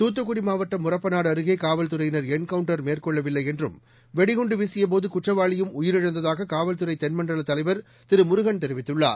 தூத்துக்குடி மாவட்டம் முறப்பனாடு அருகே காவல்துறையினர் என்கவுண்டர் மேற்கொள்ளவில்லை என்றும் வெடிகுண்டு வீசியபோது குற்றவாளியும் உயிரிழந்ததாக காவல்துறை தென்மண்டல தலைவர் திரு முருகன் தெரிவித்துள்ளார்